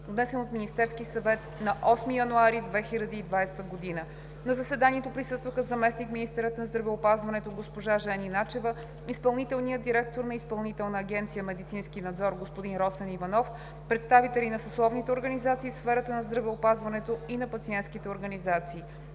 внесен от Министерския съвет на 8 януари 2020 г. На заседанието присъстваха: заместник-министърът на здравеопазването госпожа Жени Начева, изпълнителният директор на Изпълнителна агенция „Медицински надзор“ господин Росен Иванов, представители на съсловните организации в сферата на здравеопазването и на пациентските организации.